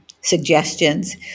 suggestions